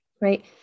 right